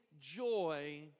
joy